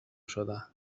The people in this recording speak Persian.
شدن